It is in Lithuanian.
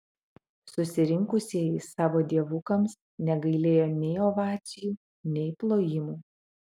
susirinkusieji savo dievukams negailėjo nei ovacijų nei plojimų